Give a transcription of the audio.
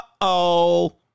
Uh-oh